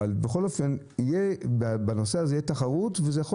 אבל בכל אופן בנושא הזה תהיה תחרות וזה יכול